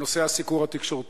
בנושא הסיקור התקשורתי.